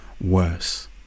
worse